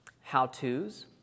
how-tos